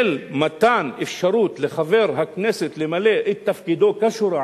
של מתן אפשרות לחבר הכנסת למלא את תפקידו כשורה,